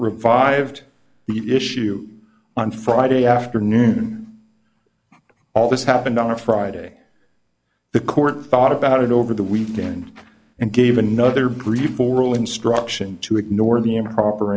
revived the issue on friday afternoon all this happened on a friday the court thought about it over the weekend and gave another grief oral instruction to ignore the improper